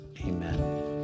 Amen